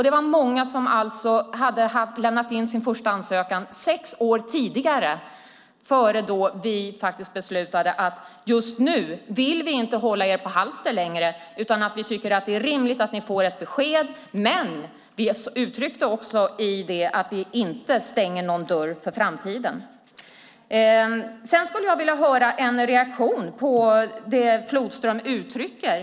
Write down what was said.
Det var många som hade lämnat in sin första ansökan sex år innan vi beslutade: Just nu vill vi inte hålla er på halster. Vi tycker att det är rimligt att ni får ett besked. Vi uttryckte också i det att vi inte stänger någon dörr för framtiden. Jag vill höra en reaktion på det Flodström uttrycker.